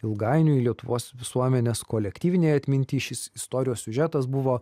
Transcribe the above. ilgainiui lietuvos visuomenės kolektyvinėj atminty šis istorijos siužetas buvo